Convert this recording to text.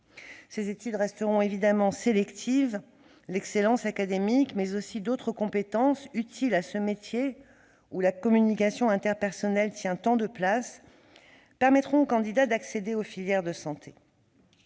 Celles-ci resteront évidemment sélectives ; l'excellence académique mais aussi d'autres compétences, utiles à ce métier, dans lequel la communication interpersonnelle tient tant de place, permettront aux candidats d'accéder aux filières de santé.